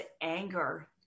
anger